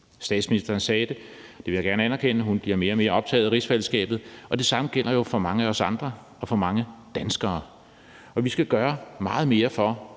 Statsministeren sagde det – det vil jeg gerne anerkende. Hun bliver mere og mere optaget af rigsfællesskabet, og det samme gælder jo for mange af os andre og for mange danskere. Vi skal gøre meget mere, for